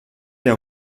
der